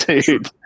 Dude